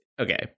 okay